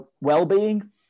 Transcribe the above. well-being